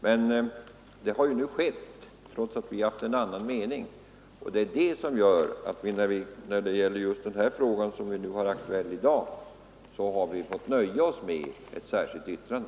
Men det har nu skett, trots att vi haft en annan mening, och därför tvingas vi, när det gäller den fråga som är aktuell i dag, att nöja oss med ett särskilt yttrande.